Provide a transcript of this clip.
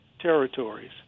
territories